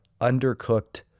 undercooked